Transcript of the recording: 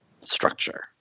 structure